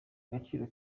agaciro